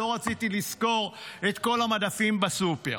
לא רציתי לסקור את כל המדפים בסופר.